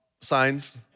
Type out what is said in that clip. signs